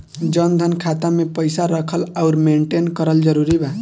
जनधन खाता मे पईसा रखल आउर मेंटेन करल जरूरी बा?